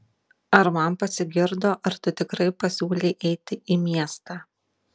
ar man pasigirdo ar tu tikrai pasiūlei eiti į miestą